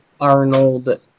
Arnold